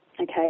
Okay